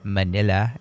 Manila